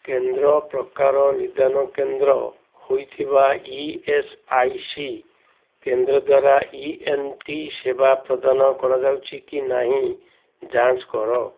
କେନ୍ଦ୍ର ପ୍ରକାର ନିଦାନ କେନ୍ଦ୍ର ହେଇଥିବା ଇ ଏସ୍ ଆଇ ସି କେନ୍ଦ୍ର ଦ୍ୱାରା ଇ ଏନ୍ ଟି ସେବା ପ୍ରଦାନ କରାଯାଉଛି କି ନାହିଁ ଯାଞ୍ଚ କର